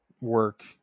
work